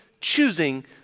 choosing